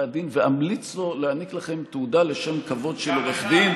הדין ואמליץ לו להעניק לכם תעודה לשם כבוד של עורך דין,